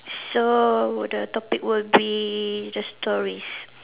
so would the topic would be the stories